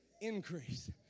increase